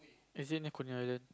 is it near Coney-Island